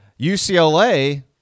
UCLA